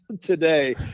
today